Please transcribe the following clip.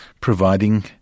providing